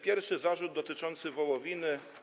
Pierwszy zarzut dotyczył wołowiny.